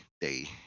day